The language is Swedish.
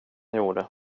gjorde